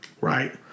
right